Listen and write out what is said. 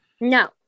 No